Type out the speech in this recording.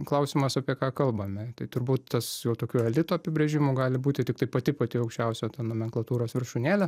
klausimas apie ką kalbame tai turbūt tas jau tokiu elito apibrėžimu gali būti tiktai pati pati aukščiausia ta nomenklatūros viršūnėlė